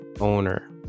owner